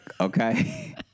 okay